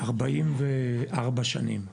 במשך 44 שנים.